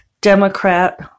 Democrat